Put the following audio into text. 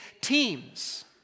teams